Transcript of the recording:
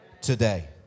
Today